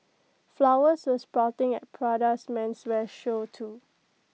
flowers were sprouting at Prada's menswear show too